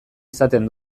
izaten